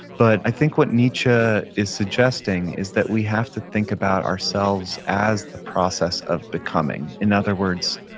but i think what nietzsche is suggesting is that we have to think about ourselves as the process of becoming. in other words,